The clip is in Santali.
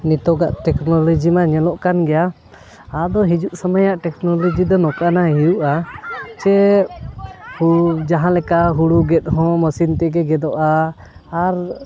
ᱱᱤᱛᱳᱜᱟᱜ ᱴᱮᱠᱱᱳᱞᱚᱡᱤ ᱢᱟ ᱧᱮᱞᱚᱜ ᱠᱟᱱ ᱜᱮᱭᱟ ᱟᱫᱚ ᱦᱤᱡᱩᱜ ᱥᱚᱢᱚᱭᱟᱜ ᱴᱮᱠᱱᱳᱞᱚᱡᱤ ᱫᱚ ᱱᱚᱝᱠᱟᱱᱟᱜ ᱦᱩᱭᱩᱜᱼᱟ ᱡᱮ ᱦᱩ ᱡᱟᱦᱟᱸ ᱞᱮᱠᱟ ᱦᱩᱲᱩ ᱜᱮᱫ ᱦᱚᱸ ᱢᱮᱥᱤᱱ ᱛᱮᱜᱮ ᱜᱮᱫᱚᱜᱼᱟ ᱟᱨ